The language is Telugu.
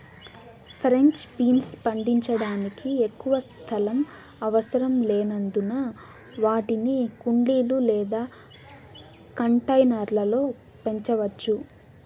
ఫ్రెంచ్ బీన్స్ పండించడానికి ఎక్కువ స్థలం అవసరం లేనందున వాటిని కుండీలు లేదా కంటైనర్ల లో పెంచవచ్చు